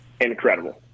incredible